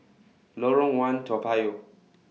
Lorong one Toa Payoh